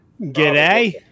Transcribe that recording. g'day